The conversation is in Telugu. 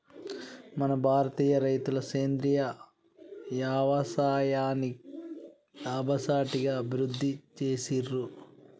మన భారతీయ రైతులు సేంద్రీయ యవసాయాన్ని లాభసాటిగా అభివృద్ధి చేసిర్రు